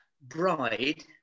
bride